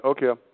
Okay